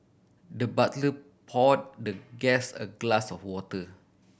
the butler pour the guest a glass of water